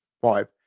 five